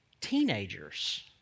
teenagers